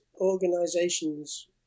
organizations